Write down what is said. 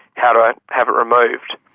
how do i have it removed?